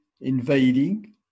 invading